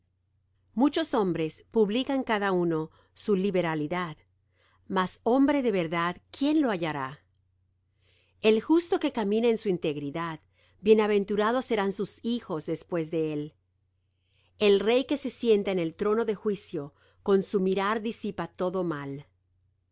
muchos hombres publican cada uno su liberalidad mas hombre de verdad quién lo hallará el justo que camina en su integridad bienaventurados serán sus hijos después de él el rey que se sienta en el trono de juicio con su mirar disipa todo mal